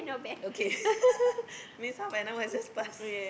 okay means half an hour just passed